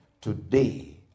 Today